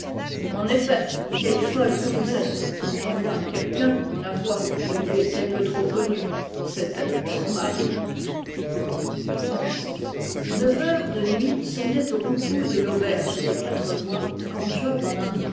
en effet vieille folle que vous êtes grommela quel qu'un dont la voix ne lui était que trop connue c'était son mari palsambleu s'y coula pareillement neuf heures de nuit sonnaient au coucou de l'auberge des quatre voies quand